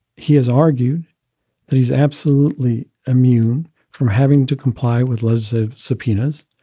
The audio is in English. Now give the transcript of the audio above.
he has argued that he is absolutely immune from having to comply with loads of subpoenas.